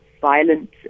violent